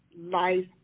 life